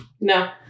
No